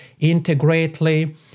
Integrately